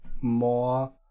more